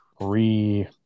re